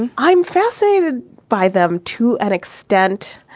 and i'm fascinated by them to an extent,